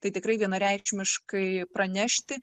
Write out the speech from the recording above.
tai tikrai vienareikšmiškai pranešti